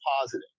positive